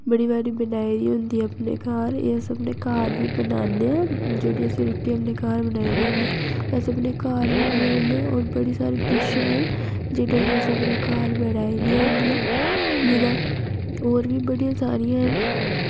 बड़ी बारी बनाई दी होंदी अपने घर एह् अस अपने घर बी बनान्ने आं जेह्ड़ी असें रुट्टी अपने घर बनाई दी होंदी अस अपने घर बी बनान्ने और बड़ी सारी डिशां ऐं जेह्ड़ियां कि असें अपने घर बनाई दियां होंदियां न तां और बी बड़ियां सारियां न